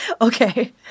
Okay